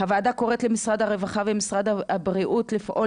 הוועדה קוראת למשרד הרווחה ומשרד הבריאות לפעול